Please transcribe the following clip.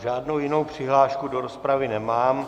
Žádnou jinou přihlášku do rozpravy nemám.